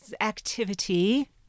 activity